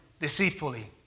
deceitfully